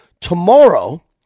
Tomorrow